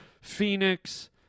Phoenix